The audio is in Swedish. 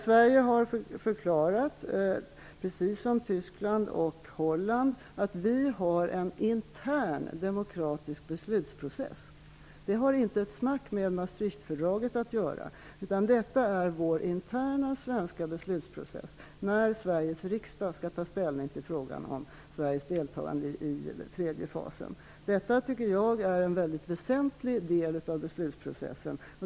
Sverige har förklarat, precis som Tyskland och Holland, att vi har en intern demokratisk beslutsprocess. Det har inte ett smack med Maastrichtfördraget att göra, utan detta gäller vår interna svenska beslutsprocess när Sveriges riksdag skall ta ställning till frågan om Sveriges deltagande i den tredje fasen. Detta tycker jag är en mycket väsentlig del av beslutsprocessen.